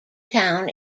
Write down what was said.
town